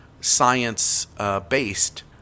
science-based